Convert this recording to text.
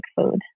food